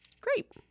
Great